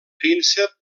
príncep